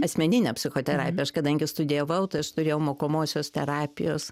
asmeninė psichoterapija aš kadangi studijavau tai aš turėjau mokomosios terapijos